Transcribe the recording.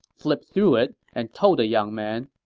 flipped through it, and told the young man,